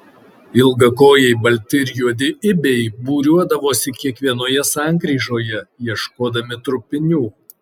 ilgakojai balti ir juodi ibiai būriuodavosi kiekvienoje sankryžoje ieškodami trupinių